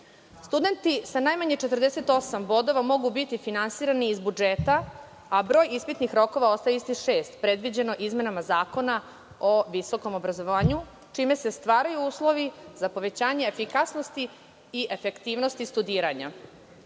sa najmanje 48 bodova mogu biti finansirani iz budžeta, a broj ispitnih rokova ostaje šest, predviđeno izmenama Zakona o visokom obrazovanju, čime se stvaraju uslovi za povećanje efikasnosti i efektivnosti studiranja. Ustavni